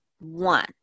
one